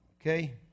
okay